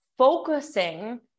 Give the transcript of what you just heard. Focusing